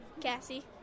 Cassie